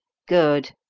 good,